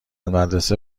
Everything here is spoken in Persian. مدرسه